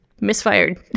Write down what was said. misfired